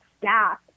staff